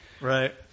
Right